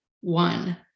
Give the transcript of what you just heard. one